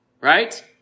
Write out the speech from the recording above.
right